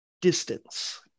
distance